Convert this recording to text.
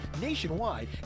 nationwide